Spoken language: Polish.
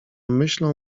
myślą